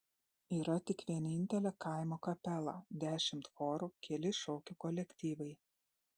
yra tik vienintelė kaimo kapela dešimt chorų keli šokių kolektyvai